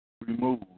remove